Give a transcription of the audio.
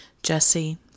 Jesse